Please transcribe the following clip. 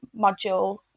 module